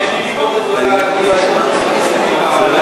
יש לי ביקורת גדולה על אי-ההשתלבות של החרדים בעבודה,